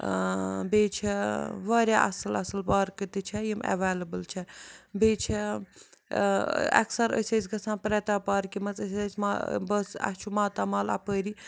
بیٚیہِ چھےٚ واریاہ اَصٕل اَصٕل پارکہٕ تہِ چھےٚ یِم ایوٮ۪لیبٕل چھےٚ بیٚیہِ چھےٚ اَکثر أسۍ ٲسۍ گَژھان پرٛتا پارکہِ مَنٛز أسۍ ٲسۍ ما بہٕ ٲسٕس اَسہِ چھُ ماتامال اَپٲری